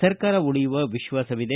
ಸರ್ಕಾರ ಉಳಿಯುವ ವಿಶ್ವಾಸವಿದೆ